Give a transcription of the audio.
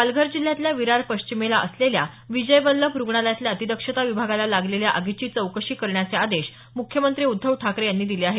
पालघर जिल्ह्यातल्या विरार पश्चिमेला असलेल्या विजय वल्लभ रुग्णालयातल्या अतिदक्षता विभागाला लागलेल्या आगीची चौकशी करण्याचे आदेश मुख्यमंत्री उद्धव ठाकरे यांनी दिले आहेत